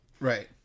Right